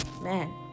Man